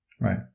Right